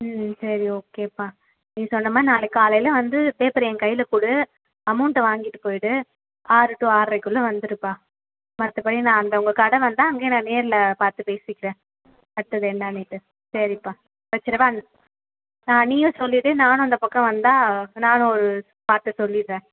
ம் சரி ஓகேப்பா நீ சொன்ன மாதிரி நாளைக்கு காலையில் வந்து பேப்பரை என் கையில் கொடு அமௌண்ட்டை வாங்கிட்டு போய்விடு ஆறு டூ ஆறரைக்குள் வந்துடுப்பா மற்றபடி நான் அந்த உங்கள் கடை வந்தால் அங்கே நேரில் பார்த்து பேசிக்கிறேன் மற்றது என்னனுட்டு சரிப்பா வச்சிடவா ஆ நீயும் சொல்லிவிடு நானும் அந்த பக்கம் வந்தால் நானும் ஒரு பார்த்து சொல்லிடுறேன்